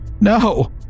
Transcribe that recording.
No